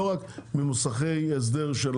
לא רק ממוסכי הסדר של